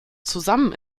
zusammen